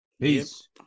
Peace